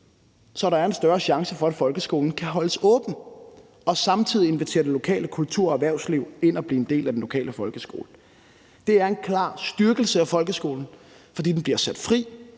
så der er en større chance for, at folkeskolen kan holdes åben, og man samtidig kan invitere det lokale kultur- og erhvervsliv ind og blive en del af den lokale folkeskole. Det er en klar styrkelse af folkeskolen, fordi den bliver sat fri,